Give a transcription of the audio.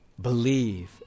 believe